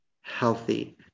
healthy